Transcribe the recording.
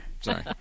Sorry